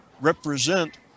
represent